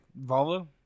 Volvo